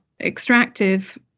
extractive